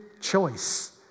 choice